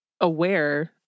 aware